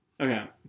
Okay